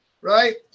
Right